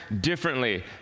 differently